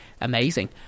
amazing